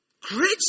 Great